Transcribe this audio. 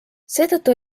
seetõttu